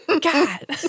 God